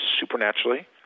supernaturally